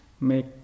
make